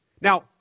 Now